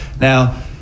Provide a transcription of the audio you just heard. Now